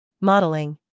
Modeling